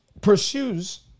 pursues